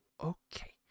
okay